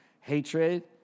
hatred